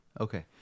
Okay